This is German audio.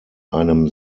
einem